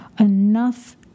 enough